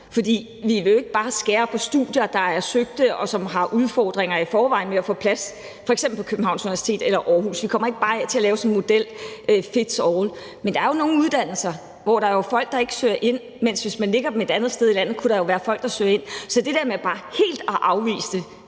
For vi vil jo ikke bare skære på studier, der er søgning til, og hvor der i forvejen er udfordringer med at få plads, f.eks. Københavns Universitet eller i Aarhus. Vi kommer ikke til bare at lave sådan en model, hvor one size fits all. Men der er jo nogle uddannelser, som folk ikke søger ind på. Og hvis man lagde dem et andet sted i landet, kunne der jo være folk, der søgte ind. Så dér med bare helt at afvise det